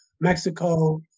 Mexico